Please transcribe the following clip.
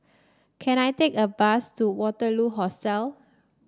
can I take a bus to Waterloo Hostel